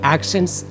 Actions